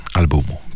albumu